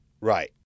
Right